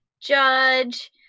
judge